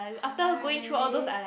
!huh! really